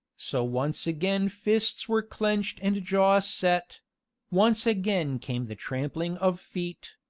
so once again fists were clenched and jaws set once again came the trampling of feet,